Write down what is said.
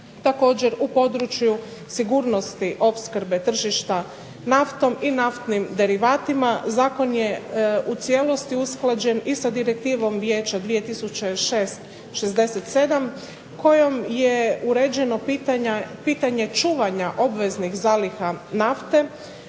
također u području sigurnosti opskrbe tržišta naftom i naftnim derivatima. Zakon je u cijelosti usklađen i sa Direktivom Vijeća 2006/67 kojom je uređeno pitanje čuvanja obveznih zaliha nafte,